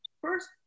first